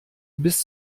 bis